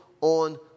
on